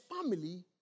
family